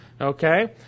Okay